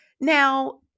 Now